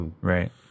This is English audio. Right